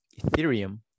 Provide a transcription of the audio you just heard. Ethereum